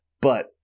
But-